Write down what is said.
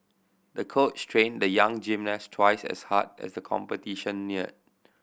the coach trained the young gymnast twice as hard as the competition neared